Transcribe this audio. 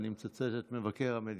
ואני מצטט את מבקר המדינה,